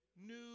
new